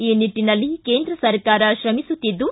ಈ ನಿಟ್ಟನಲ್ಲಿ ಕೇಂದ್ರ ಸರ್ಕಾರ ತ್ರಮಿಸುತ್ತಿದ್ದು